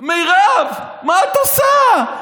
מרב, מה את עושה?